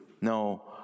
no